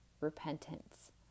repentance